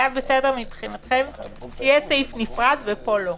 זה היה בסדר מבחינתכם שיהיה סעיף נפרד, ופה לא?